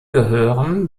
gehören